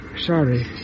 Sorry